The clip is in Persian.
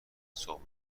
سوق